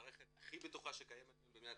מערכת הכי בטוחה שקיימת היום במדינת